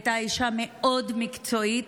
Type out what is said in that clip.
היא הייתה אישה מאוד מקצועית,